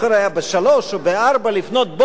היה בשלוש או בארבע לפנות בוקר,